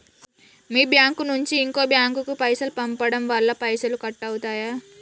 మీ bank నుంచి ఇంకో bank కు పైసలు పంపడం వల్ల పైసలు కట్ అవుతయా?